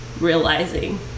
realizing